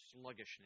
sluggishness